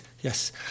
yes